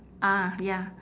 ah ya